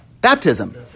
Baptism